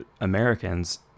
Americans